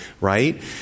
right